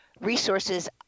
resources